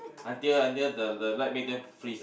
until until the the light make them freeze ah